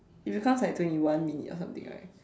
it becomes like twenty one minute or something like